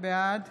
בעד